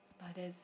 but there's